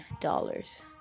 dollars